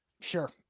Sure